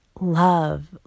love